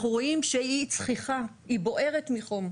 אנחנו רואים שהיא צחיחה, היא בוערת מחום,